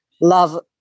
love